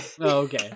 okay